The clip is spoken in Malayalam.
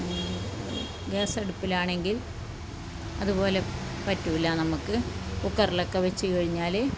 ഗ്യാസടുപ്പിലാണെങ്കിൽ അതുപോലെ പറ്റൂല്ലാ നമുക്ക് കൂക്കറിലക്കെ വെച്ച് കഴിഞ്ഞാൽ